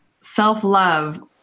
self-love